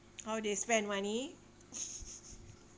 how they spend money